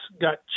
got